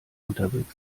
unterwegs